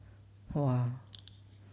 !wah!